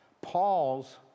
Paul's